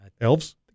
elves